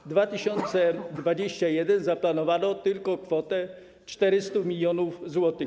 Na 2021 r. zaplanowano tylko kwotę 400 mln zł.